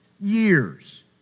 years